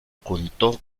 contó